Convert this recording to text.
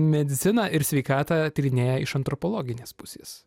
mediciną ir sveikatą tyrinėja iš antropologinės pusės